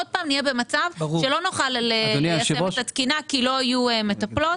עוד פעם נהיה במצב שלא נוכל ליישם את התקינה כי לא יהיו מטפלות.